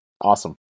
Awesome